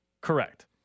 Correct